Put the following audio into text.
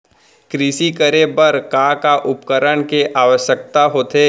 कृषि करे बर का का उपकरण के आवश्यकता होथे?